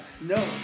No